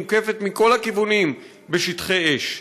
ומוקפת מכל הכיוונים בשטחי אש.